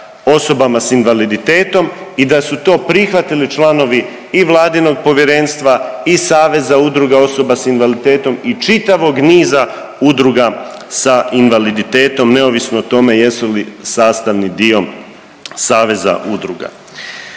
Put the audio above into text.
osobama s invaliditetom i da su to prihvatili članovi i Vladinog povjerenstva i saveza udruga osoba s invaliditetom i čitavog niza udruga sa invaliditetom neovisno o tome jesu li sastavni dio saveza udruga.